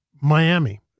Miami